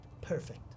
perfect